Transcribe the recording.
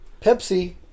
Pepsi